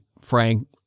frank